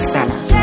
Center